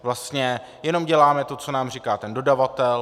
Vlastně jenom děláme to, co nám říká dodavatel.